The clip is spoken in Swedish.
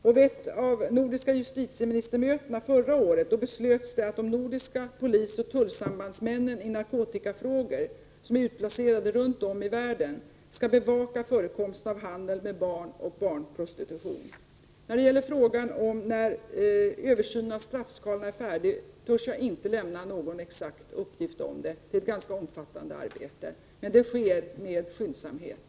På ett av de nordiska justitieministermötena förra året beslöts det att de nordiska polisoch tullsambandsmännen i narkotikafrågor, som är utplacerade runt om i världen, skall bevaka förekomsten av handel med barn och barnprostitution. Beträffande frågan om när översynen av straffskalorna är färdig törs jag inte lämna någon exakt uppgift. Det är ett ganska omfattande arbete, men det sker med skyndsamhet.